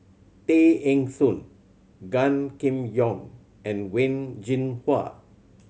Tay Eng Soon Gan Kim Yong and Wen Jinhua